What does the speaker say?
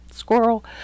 squirrel